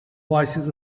voices